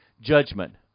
judgment